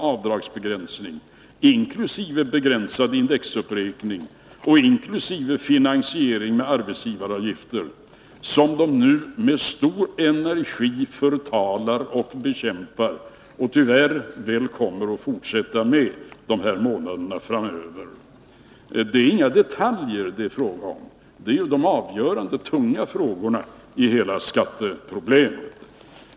avdragsbegränsning, inkl. begränsad indexuppräkning och inkl. finansiering med arbetsgivaravgifter, som ni nu med stor energi förtalar och bekämpar — och tyvärr väl kommer att fortsätta med några månader framöver? Det är inga detaljer det är fråga om, det är de avgörande tunga frågorna i hela skatteproblemet.